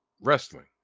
wrestling